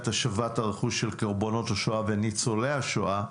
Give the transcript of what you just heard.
השבת הרכוש של קורבנות השואה וניצולי השואה,